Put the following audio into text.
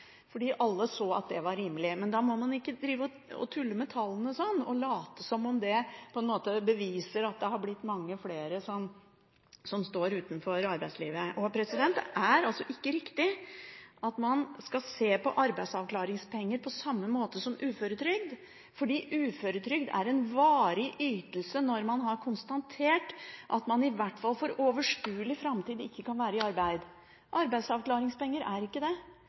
fordi alle så at det var rimelig. Men da må man ikke tulle med tallene og late som om det på en måte beviser at det har blitt mange flere som står utenfor arbeidslivet. Det er ikke riktig at man skal se på arbeidsavklaringspenger på samme måte som uføretrygd, fordi uføretrygd er en varig ytelse når man har konstatert at man i hvert fall i overskuelig framtid ikke kan være i arbeid. Arbeidsavklaringspenger er ikke det.